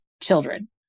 children